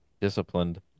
disciplined